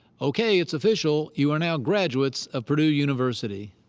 okay, it's official. you are now graduates of purdue university.